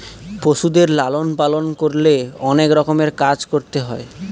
পশুদের লালন পালন করলে অনেক রকমের কাজ করতে হয়